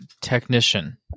technician